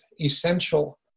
essential